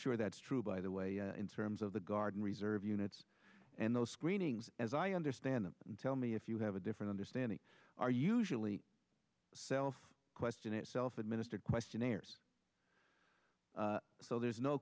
sure that's true by the way in terms of the guard and reserve units and those screenings as i understand it and tell me if you have a different understanding are usually self question itself administered questionnaires so there's no